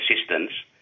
assistance